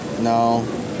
No